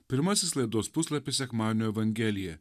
pirmasis laidos puslapis sekmadienio evangelija